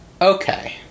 Okay